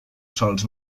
sols